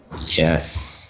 Yes